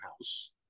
house